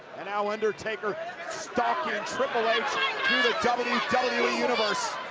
and now undertaker stalking triple h through the wwe and wwe universe,